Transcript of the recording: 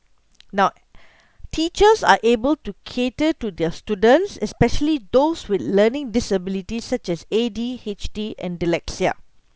now teachers are able to cater to their students especially those with learning disabilities such as A_D_H_D and dyslexia